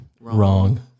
Wrong